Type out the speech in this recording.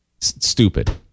Stupid